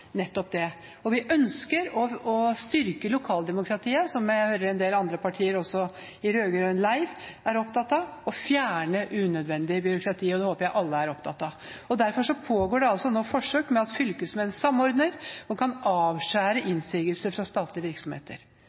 nettopp det. Vi ønsker å styrke lokaldemokratiet – som jeg hører en del andre partier, også i rød-grønn leir, er opptatt av – og fjerne unødvendig byråkrati. Det håper jeg alle er opptatt av. Derfor pågår det nå forsøk med at fylkesmennene samordner og kan avskjære innsigelser fra statlige virksomheter.